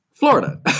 Florida